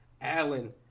Allen